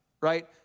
right